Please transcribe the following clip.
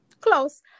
Close